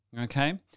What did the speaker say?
Okay